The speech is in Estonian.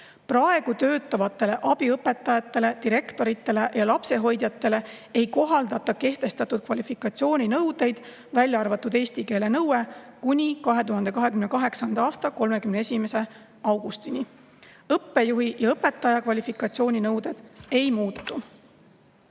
Praegu töötavatele abiõpetajatele, direktoritele ja lapsehoidjatele ei kohaldata kehtestatud kvalifikatsiooninõudeid, välja arvatud eesti keele nõue, kuni 2028. aasta 31. augustini. Õppejuhi ja õpetaja kvalifikatsiooninõuded ei muutu.